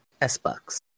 S-Bucks